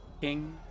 King